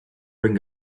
ring